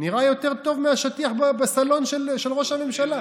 נראה יותר טוב מהשטיח בסלון של ראש הממשלה.